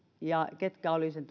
ja ketkä olivat sen